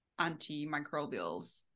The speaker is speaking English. antimicrobials